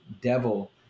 devil